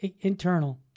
internal